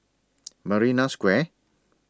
Marina Square